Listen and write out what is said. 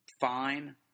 fine